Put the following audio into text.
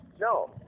No